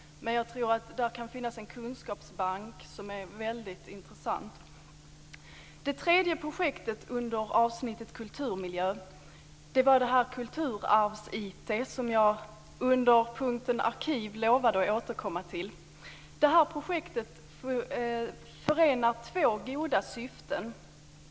Men jag tror att det där kan finnas en kunskapsbank som är väldigt intressant. Det tredje projektet under avsnittet Kulturmiljö var projektet om kultursarvs-IT, som jag under punkten om arkiv lovade att återkomma till. Detta projekt förenar två goda syften.